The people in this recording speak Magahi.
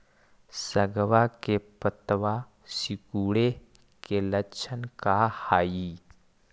सगवा के पत्तवा सिकुड़े के लक्षण का हाई?